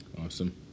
Awesome